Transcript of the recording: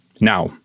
Now